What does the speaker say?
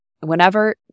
whenever